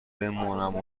بمونم